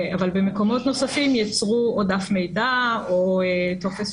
במקומות נוספים יצרו דף מידע או טופס